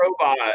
robot